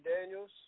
Daniels